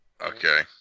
Okay